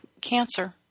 cancer